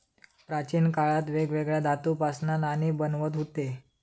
प्राचीन काळात वेगवेगळ्या धातूंपासना नाणी बनवत हुते